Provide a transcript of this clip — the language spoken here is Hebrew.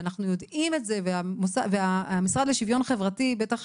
ואנחנו יודעים את זה והמשרד לשוויון חברתי בטח